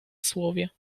słowie